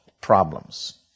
problems